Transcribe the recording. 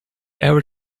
ever